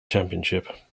championship